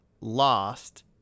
Lost